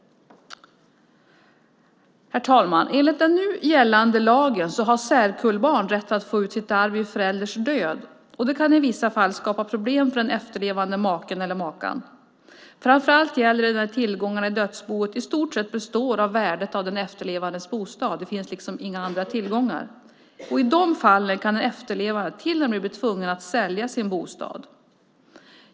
Herr talman! Enligt den nu gällande lagen har särkullbarn rätt att få ut sitt arv vid förälders död, och det kan i vissa fall skapa problem för den efterlevande maken eller makan. Framför allt gäller det när tillgångarna i dödsboet i stort består av värdet på den efterlevandes bostad, när det inte finns några andra tillgångar. I de fallen kan den efterlevande till och med bli tvungen att sälja sin bostad.